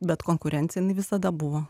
bet konkurencija jinai visada buvo